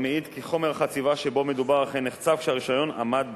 המעיד כי חומר החציבה שבו מדובר אכן נחצב כשהרשיון עמד בתוקפו.